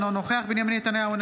אינו נוכח בנימין נתניהו,